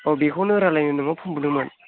अ बेखौनो रायलायनो नोंनाव फन बुदोंमोन